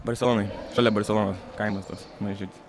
barselonoj šalia barselonos kaimas toks mažytis